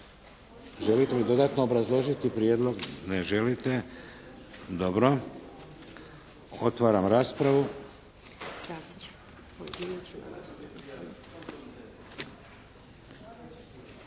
Želite li dodatno obrazložiti prijedlog? Ne želite. Dobro. Otvaram raspravu.